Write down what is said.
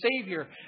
savior